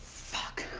fuck.